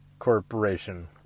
Corporation